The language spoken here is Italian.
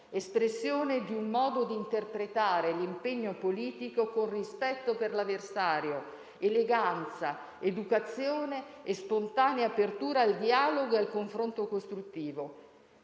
espressione di un modo di interpretare l'impegno politico con rispetto per l'avversario, eleganza, educazione e spontanea apertura al dialogo e al confronto costruttivo,